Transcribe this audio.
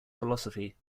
philosophy